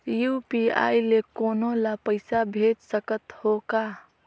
UPI ले कोनो ला पइसा भेज सकत हों का?